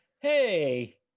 hey